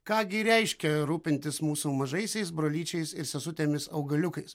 ką gi reiškia rūpintis mūsų mažaisiais brolyčiais ir sesutėmis augaliukais